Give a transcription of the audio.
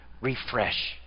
refresh